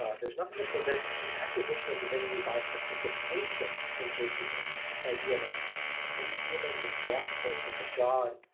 there is nothing that prevents the acquisition of divinity by participation in his divinity. this idea that we humans, in drawing closer to god,